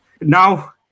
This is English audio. Now